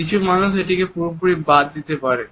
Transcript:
কিছু মানুষ এটিকে পুরোপুরি বাদ দিয়ে দিতে পারে